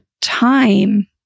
time